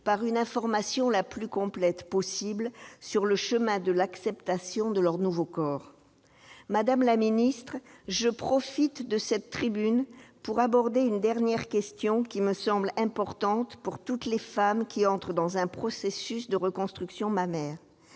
par une information la plus complète possible, sur le chemin de l'acceptation de leur nouveau corps ». Madame la ministre, je profite de cette tribune pour aborder une dernière question, me semble-t-il, importante pour toutes les femmes qui entrent dans un processus de reconstruction mammaire.